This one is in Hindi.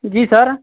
जी सर